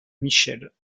michel